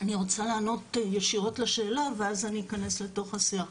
אני רוצה לענות ישירות לשאלה ואז אני אכנס לתוך השיח.